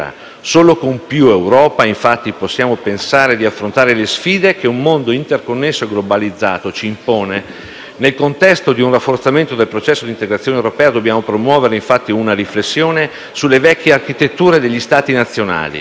Solo con più Europa, infatti, possiamo pensare di affrontare le sfide che un mondo interconnesso e globalizzato ci impone. Nel contesto di un rafforzamento del processo d'integrazione europea, dobbiamo promuovere infatti una riflessione sulle vecchie architetture degli Stati nazionali,